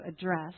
address